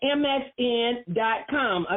msn.com